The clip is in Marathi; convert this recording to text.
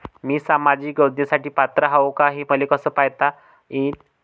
मी सामाजिक योजनेसाठी पात्र आहो का, हे मले कस तपासून पायता येईन?